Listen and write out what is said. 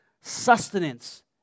sustenance